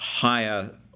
higher